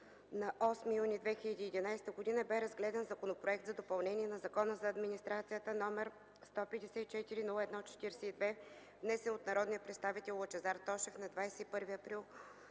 на 08 юни 2011 г., бе разгледан Законопроект за допълнение на Закона за администрацията № 154-01-42, внесен от народния представител Лъчезар Тошев на 21 април